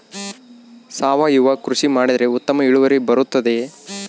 ಸಾವಯುವ ಕೃಷಿ ಮಾಡಿದರೆ ಉತ್ತಮ ಇಳುವರಿ ಬರುತ್ತದೆಯೇ?